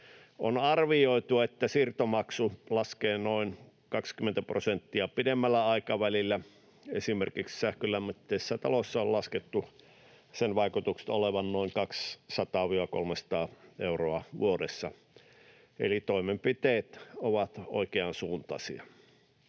On arvioitu, että siirtomaksu laskee noin 20 prosenttia pidemmällä aikavälillä. Esimerkiksi sähkölämmitteisessä talossa on laskettu sen vaikutusten olevan noin 200—300 euroa vuodessa, eli toimenpiteet ovat oikeansuuntaisia.